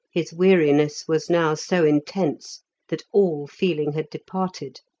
his weariness was now so intense that all feeling had departed.